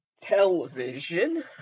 television